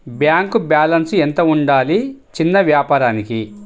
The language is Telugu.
బ్యాంకు బాలన్స్ ఎంత ఉండాలి చిన్న వ్యాపారానికి?